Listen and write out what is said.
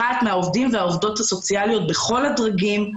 מהעובדים והעובדות הסוציאליים בכל הדרגים,